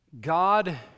God